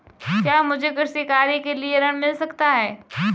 क्या मुझे कृषि कार्य के लिए ऋण मिल सकता है?